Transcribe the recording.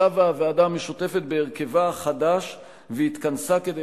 שבה הוועדה המשותפת בהרכבה החדש והתכנסה כדי